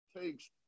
takes